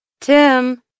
Tim